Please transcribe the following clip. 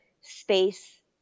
space